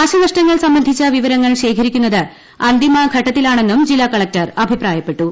നാശനഷ്ടങ്ങൾ സംബന്ധിച്ച് വിവരങ്ങൾ ശേഖരിക്കുന്നത് അന്തിമ ഘട്ടത്തിലാണെന്നും ജില്ലാ കളക്ടർ അഭിപ്രായപ്പെട്ടു